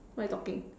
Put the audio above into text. what you talking